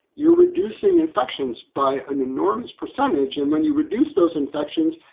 you're reducing infections by an enormous percentage. and when you reduce those infections,